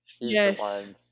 Yes